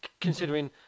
considering